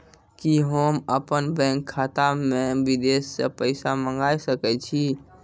कि होम अपन बैंक खाता मे विदेश से पैसा मंगाय सकै छी?